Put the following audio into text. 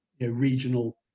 regional